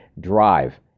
Drive